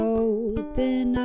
open